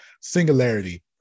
Singularity